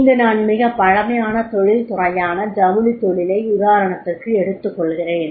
இங்கு நான் மிகப் பழைய தொழிற்துறையான ஜவுளித் தொழிலை உதாரணத்திற்கு எடுத்துக்கொள்கிறேன்